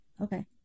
Okay